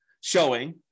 showing